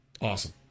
Awesome